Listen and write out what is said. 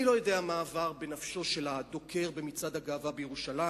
אני לא יודע מה עבר בנפשו של הדוקר במצעד הגאווה בירושלים.